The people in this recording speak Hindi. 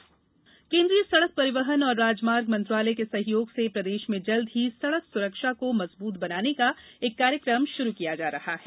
सड़क सुरक्षा केन्द्रीय सड़क परिवहन और राजमार्ग मंत्रालय के सहयोग से प्रदेश में जल्दी ही सड़क सुरक्षा को मजबूत बनाने का एक कार्यक्रम शुरू किया जा रहा है